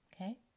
okay